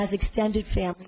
has extended family